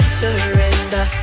surrender